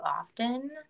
often